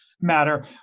matter